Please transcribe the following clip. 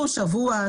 שהוא שבוע,